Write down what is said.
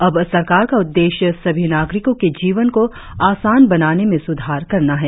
अब सरकार का उद्देश्य सभी नागरिकों के जीवन को आसान बनाने में सुधार करना है